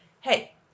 hey